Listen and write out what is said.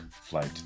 flight